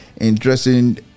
interesting